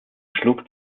schlug